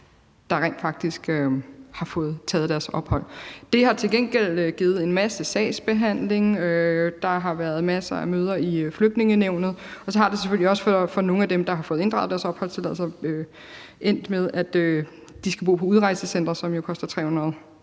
som rent faktisk har fået taget deres ophold. Det har til gengæld givet en masse sagsbehandling. Der har været masser af møder i Flygtningenævnet, og for nogle af dem, der har fået inddraget deres opholdstilladelser, er det selvfølgelig også endt med, at de skal bo på udrejsecentre, hvor det jo koster 300.000